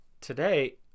today